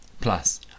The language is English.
Plus